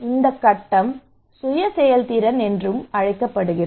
இந்த கட்டம் சுய செயல்திறன் என்று அழைக்கப்படுகிறது